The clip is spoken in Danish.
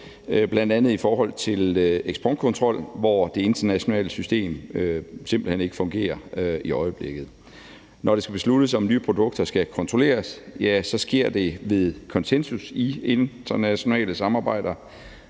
bl.a. i forhold til eksportkontrol, hvor det internationale system simpelt hen ikke fungerer i øjeblikket. Når det skal besluttes, om nye produkter skal kontrolleres, sker det ved konsensus i internationale samarbejder,